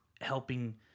helping